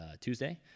Tuesday